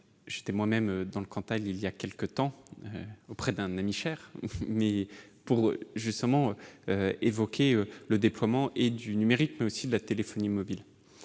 J'étais moi-même dans le Cantal, il y a quelque temps, auprès d'un ami cher, pour évoquer le déploiement du numérique, mais aussi de la téléphonie mobile.